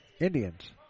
Indians